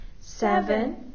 seven